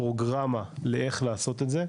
פרוגרמה, לאיך לעשות את זה.